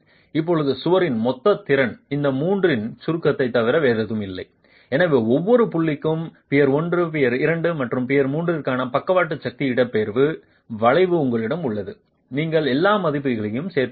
இப்போது சுவரின் மொத்த திறன் இந்த மூன்றின் சுருக்கத்தைத் தவிர வேறொன்றுமில்லை எனவே ஒவ்வொரு புள்ளிக்கும் பியர் 1 பியர் 2 மற்றும் பியர் 3 க்கான பக்கவாட்டு சக்தி இடப்பெயர்வு வளைவு உங்களிடம் உள்ளது நீங்கள் எல்லா மதிப்புகளையும் சேர்ப்பீர்கள்